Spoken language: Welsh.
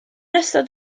ystod